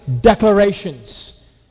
declarations